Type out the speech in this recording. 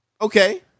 Okay